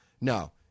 No